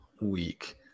week